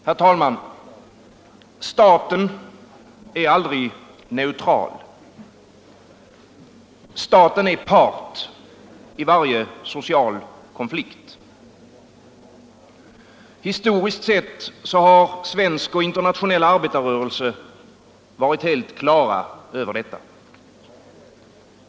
Herr talman! Staten är aldrig neutral. Staten är part i varje social konflikt. Historiskt har svensk och internationell arbetarrörelse varit helt på det klara med detta.